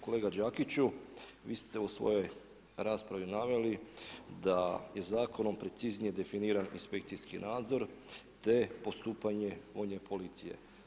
Kolega Đakiću, vi ste u svojoj raspravi naveli da je zakonom preciznije definiran inspekcijski nadzor te postupanje vojne policije.